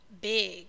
big